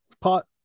pot